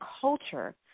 culture